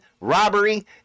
robbery